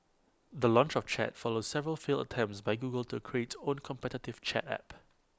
the launch of chat follows several failed attempts by Google to create own competitive chat app